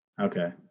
Okay